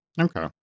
Okay